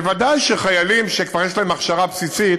ודאי שחיילים שכבר יש להם הכשרה בסיסית,